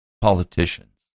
politicians